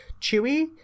chewy